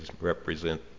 represent